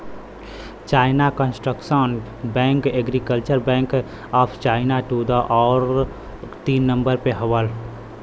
China construction bank, agriculture bank of China दू आउर तीन नम्बर पे हउवन